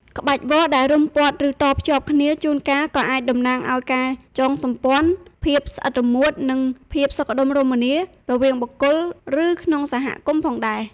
ក្បាច់វល្លិ៍ដែលរុំព័ទ្ធ ឬតភ្ជាប់គ្នា ជួនកាលក៏អាចតំណាងឱ្យ ការចងសម្ព័ន្ធ ភាពស្អិតរមួត និងភាពសុខដុមរមនា រវាងបុគ្គល ឬក្នុងសហគមន៍ផងដែរ។